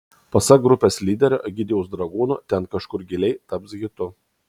pasak grupės lyderio egidijaus dragūno ten kažkur giliai taps hitu